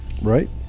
Right